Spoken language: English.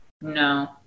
no